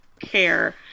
Care